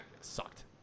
sucked